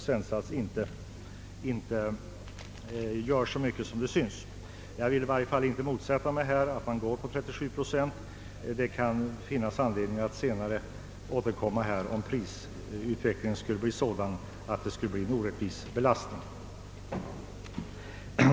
Jag har dock inte velat motsätta mig det föreslagna procenttalet, men vi får kanske anledning att återkomma om prisutvecklingen gör att belastningen blir orättvis.